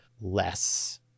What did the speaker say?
less